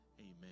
Amen